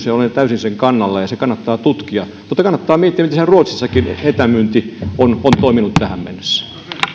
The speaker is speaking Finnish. ja olen täysin sen kannalla ja se kannattaa tutkia mutta kannattaa miettiä miten siellä ruotsissakin etämyynti on on toiminut tähän mennessä